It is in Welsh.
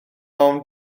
ofni